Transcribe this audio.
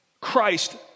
Christ